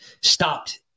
stopped